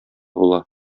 була